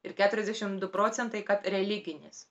ir keturiasdešimt du procentai kad religinis